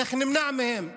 איך נמנע מהם?